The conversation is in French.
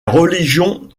religions